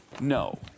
No